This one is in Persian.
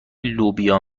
لوبیا